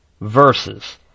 verses